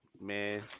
Man